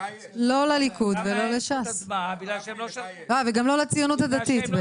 לא לליכוד ולא לש"ס וגם לא לציונות הדתית.